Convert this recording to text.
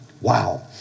Wow